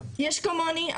עצמנו.